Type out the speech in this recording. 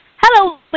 Hello